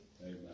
Amen